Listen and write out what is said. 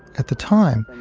at the time,